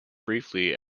briefly